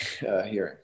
hearing